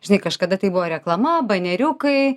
žinai kažkada tai buvo reklama baneriukai